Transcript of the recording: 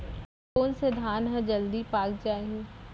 कोन से धान ह जलदी पाक जाही?